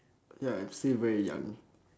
ya I'm still very young